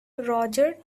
roger